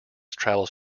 travels